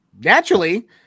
naturally